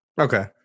Okay